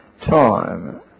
time